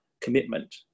commitment